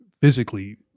physically